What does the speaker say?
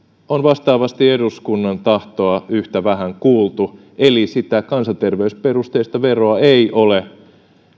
on vastaavasti eduskunnan tahtoa yhtä vähän kuultu eli sitä kansaterveysperusteista veroa ei ole